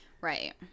right